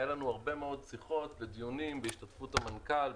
היו לנו הרבה מאוד שיחות ודיונים בהשתתפות המנכ"ל,